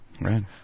right